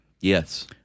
Yes